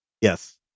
Yes